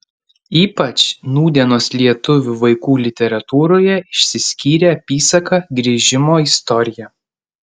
ypač nūdienos lietuvių vaikų literatūroje išsiskyrė apysaka grįžimo istorija